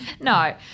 No